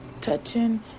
touching